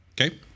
Okay